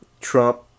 Trump